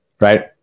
right